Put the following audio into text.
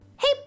hey